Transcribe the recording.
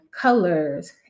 colors